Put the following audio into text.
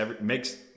makes